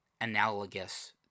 analogous